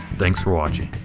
thanks for watching.